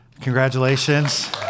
Congratulations